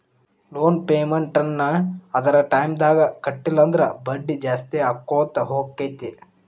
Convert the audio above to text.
loan payment ನ್ನ ಅದರ್ ಟೈಮ್ದಾಗ್ ಕಟ್ಲಿಲ್ಲಂದ್ರ ಬಡ್ಡಿ ಜಾಸ್ತಿಅಕ್ಕೊತ್ ಹೊಕ್ಕೇತಿ